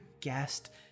guest